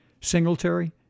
singletary